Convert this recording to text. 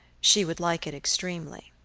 she would like it extremely.